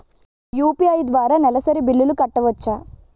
UPI ద్వారా నెలసరి బిల్లులు కట్టవచ్చా?